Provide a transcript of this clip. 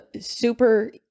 super